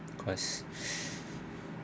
because